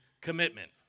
commitment